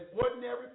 ordinary